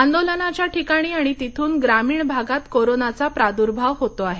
आंदोलनाच्या ठिकाणी आणि तिथून ग्रामीण भागात कोरोनाचा प्रादूर्भाव होतो आहे